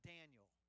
Daniel